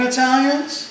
Italians